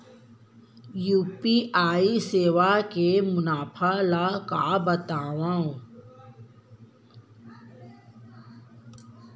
UPI सेवा के मुनाफा ल बतावव?